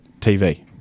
TV